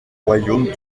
royaume